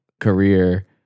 career